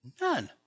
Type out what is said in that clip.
None